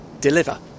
deliver